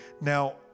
Now